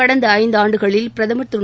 கடந்த ஐந்தாண்டுகளில் பிரதமர் திரு